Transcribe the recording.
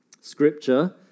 Scripture